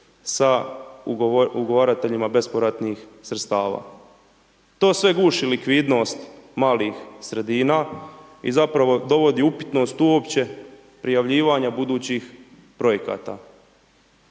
sa ugovarateljima bespovratnih sredstava. To sve guši likvidnost malih sredina i zapravo dovodi upitnost uopće prijavljivanja budućih projekata.